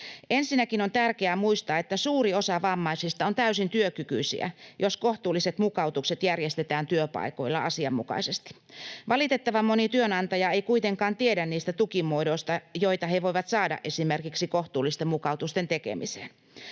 Ensinnäkin on tärkeää muistaa, että suuri osa vammaisista on täysin työkykyisiä, jos kohtuulliset mukautukset järjestetään työpaikoilla asianmukaisesti. Valitettavan moni työnantaja ei kuitenkaan tiedä niistä tukimuodoista, joita he voivat saada esimerkiksi kohtuullisten mukautusten tekemiseen.